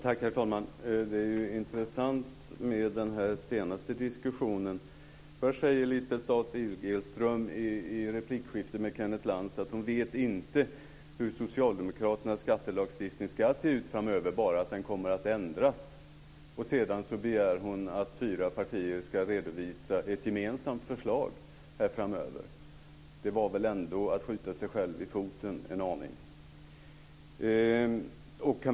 Herr talman! Det är intressant med den senaste diskussionen. Först säger Lisbeth Staaf-Igelström i replikskifte med Kenneth Lantz att hon inte vet hur Socialdemokraternas skattelagstiftning ska se ut framöver, bara att den kommer att ändras. Sedan begär hon att fyra partier ska redovisa ett gemensamt förslag framöver. Det var väl ändå att skjuta sig själv i foten en aning.